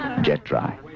Jet-Dry